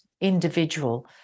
individual